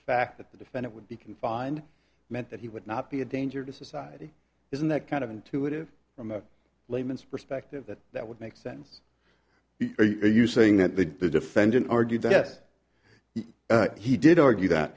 fact that the defendant would be confined meant that he would not be a danger to society isn't that kind of intuitive from a layman's perspective that that would make sense you saying that the defendant argued that he did argue that